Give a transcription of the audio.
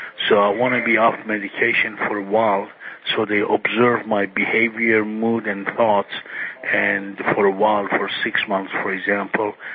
so i want to be off medication for a while so they observe my behaviour, mood and thoughts and for a while, for six months for example,